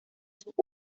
sus